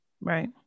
Right